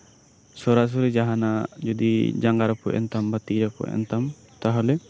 ᱥᱚᱨᱟᱥᱚᱨᱤ ᱡᱟᱦᱟᱸᱱᱟᱜ ᱡᱩᱫᱤ ᱡᱟᱸᱜᱟ ᱨᱟᱹᱯᱩᱫ ᱮᱱᱛᱟᱢ ᱵᱟ ᱛᱤ ᱨᱟᱹᱯᱩᱫ ᱮᱱᱛᱟᱢ ᱛᱟᱦᱞᱮ